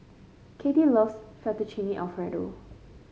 Katie loves Fettuccine Alfredo